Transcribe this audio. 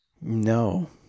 No